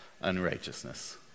unrighteousness